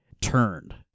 turned